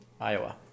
Iowa